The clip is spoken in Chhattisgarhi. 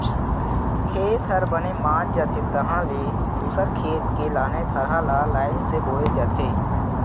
खेत ह बने मात जाथे तहाँ ले दूसर खेत के लाने थरहा ल लईन से बोए जाथे